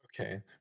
Okay